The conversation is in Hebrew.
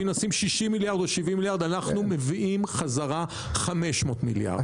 ואם נשים 60 מיליארד או 70 מיליארד אנחנו מביאים חזרה 500 מיליארד.